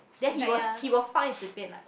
then he was he will 放在嘴边